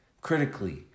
critically